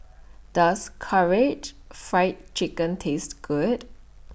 Does Karaage Fried Chicken Taste Good